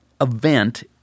event